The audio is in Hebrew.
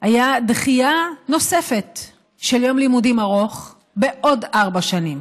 היה דחייה נוספת של יום לימודים ארוך בעוד ארבע שנים.